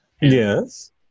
Yes